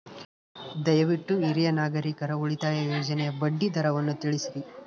ದಯವಿಟ್ಟು ಹಿರಿಯ ನಾಗರಿಕರ ಉಳಿತಾಯ ಯೋಜನೆಯ ಬಡ್ಡಿ ದರವನ್ನು ತಿಳಿಸ್ರಿ